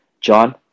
John